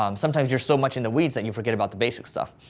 um sometimes you're so much in the weeds that you forget about the basic stuff.